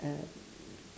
uh